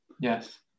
Yes